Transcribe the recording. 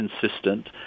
consistent